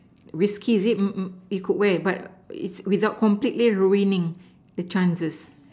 risky is it it could wear but is without completely ruining the chances